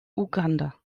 uganda